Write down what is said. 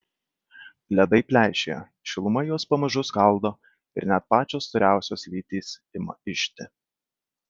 ledai pleišėja šiluma juos pamažu skaldo ir net pačios storiausios lytys ima ižti